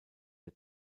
der